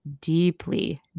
deeply